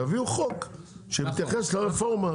יביאו חוק שיתייחס לרפורמה,